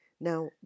Now